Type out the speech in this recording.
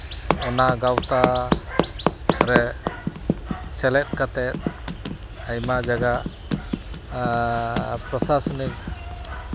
ᱚᱱᱟ ᱜᱟᱶᱛᱟ ᱨᱮ ᱥᱮᱞᱮᱫ ᱠᱟᱛᱮ ᱟᱭᱢᱟ ᱡᱟᱭᱜᱟ ᱟᱨ ᱯᱨᱚᱥᱟᱥᱚᱱᱤᱠ